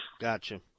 Gotcha